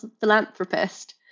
philanthropist